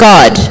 God